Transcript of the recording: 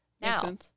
Now